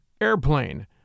Airplane